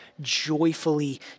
joyfully